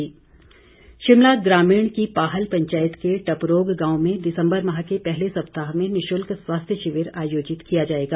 camp Shimla ग्रामीण की पाहल पंचायत के टपरोग गांव में दिसम्बर माह के पहले सप्ताह में निशुल्क स्वास्थ्य शिविर आयोजित किया जाएगा